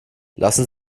lassen